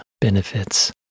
benefits